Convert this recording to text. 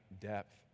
depth